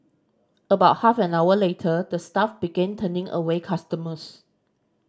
about half an hour later the staff begin turning away customers